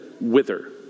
wither